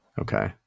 Okay